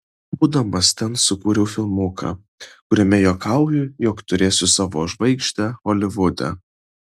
būdamas ten sukūriau filmuką kuriame juokauju jog turėsiu savo žvaigždę holivude